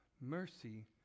Mercy